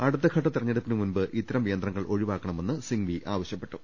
അടുത്ത് ഘട്ട തെരഞ്ഞെ ടുപ്പിന് മുമ്പ് ഇത്തരം യന്ത്രങ്ങൾ ഒഴിവാക്കണമെന്നും സിങ്വി ആവ ശ്യപ്പെട്ടു